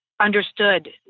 understood